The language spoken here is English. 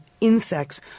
insects